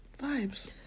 Vibes